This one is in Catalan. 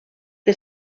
que